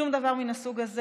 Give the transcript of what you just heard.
שום דבר מן הסוג הזה.